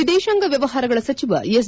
ವಿದೇಶಾಂಗ ವ್ಲವಹಾರಗಳ ಸಚಿವ ಎಸ್